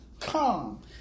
Come